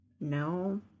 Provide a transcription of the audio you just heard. No